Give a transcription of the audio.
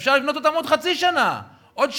שאפשר לבנות אותן עוד חצי שנה, עוד שנה,